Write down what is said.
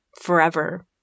forever